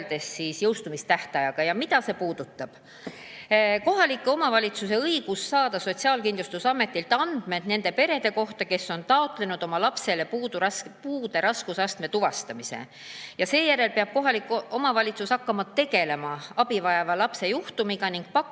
öeldes jõustumistähtajaga. See puudutab kohaliku omavalitsuse õigust saada Sotsiaalkindlustusametilt andmeid nende perede kohta, kes on taotlenud oma lapse puude raskusastme tuvastamist. Seejärel peab kohalik omavalitsus hakkama tegelema abivajava lapse juhtumiga ning pakkuma